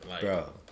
Bro